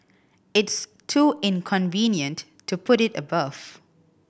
it's too inconvenient to put it above